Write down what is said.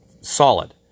solid